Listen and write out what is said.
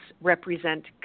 represent